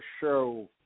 show